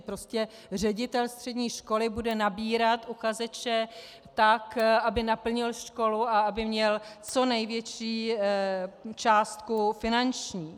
Prostě ředitel střední školy bude nabírat uchazeče tak, aby naplnil školu a aby měl co největší částku finanční.